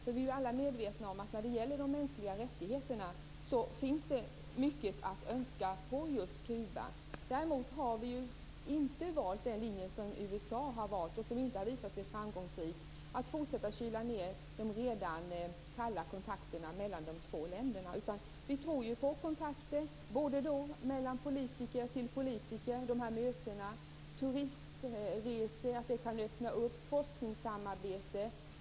Vi är ju alla medvetna om att det finns mycket att önska när det gäller de mänskliga rättigheterna i Kuba. Vi har däremot inte valt den linje som USA har valt och som inte har visat sig vara framgångsrik, dvs. att fortsätta att kyla ned de redan kalla kontakterna mellan de två länderna. Vi tror på kontakter - möten mellan politiker, turistresor, forskningssamarbete.